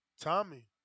Tommy